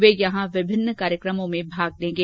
वे यहां विभिन्न कार्यक्रमों में भाग लेंगे